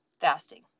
fasting